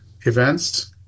events